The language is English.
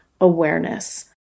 awareness